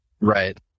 Right